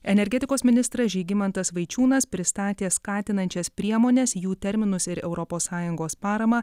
energetikos ministras žygimantas vaičiūnas pristatė skatinančias priemones jų terminus ir europos sąjungos paramą